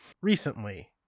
recently